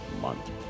month